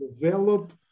develop